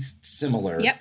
similar